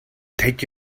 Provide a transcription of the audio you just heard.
take